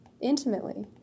intimately